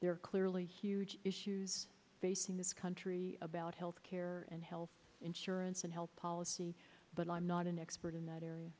there clearly huge issues facing this country about health care and health insurance and health policy but i'm not an expert in that area